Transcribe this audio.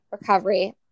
recovery